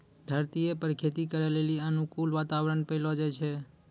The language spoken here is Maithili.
धरतीये पर खेती करै लेली अनुकूल वातावरण पैलो जाय छै